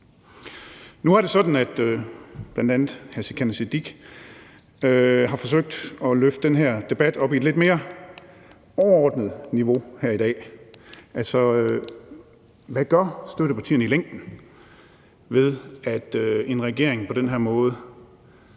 Nu er det sådan, at bl.a. hr. Sikandar Siddique har forsøgt at løfte den her debat op på et lidt mere overordnet niveau her i dag. Altså, hvad gør støttepartierne i længden ved, at en regering på den her måde